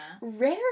Rare